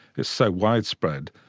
it's so widespread,